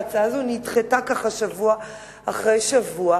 וההצעה הזאת נדחתה שבוע אחרי שבוע,